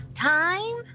time